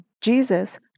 Jesus